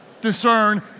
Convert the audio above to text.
discern